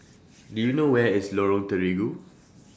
Do YOU know Where IS Lorong Terigu